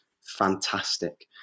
fantastic